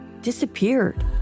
disappeared